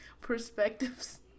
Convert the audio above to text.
perspectives